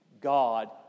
God